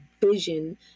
vision